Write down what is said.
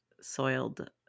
soiled